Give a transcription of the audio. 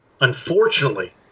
Unfortunately